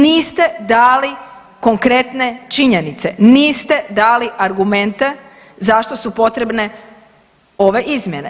Niste dali konkretne činjenice, niste dali argumente zašto su potrebne ove izmjene.